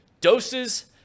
Doses